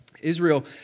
Israel